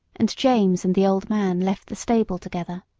and james and the old man left the stable together.